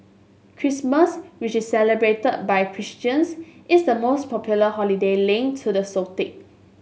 Christmas which is celebrated by Christians is the most popular holiday linked to the